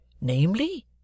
namely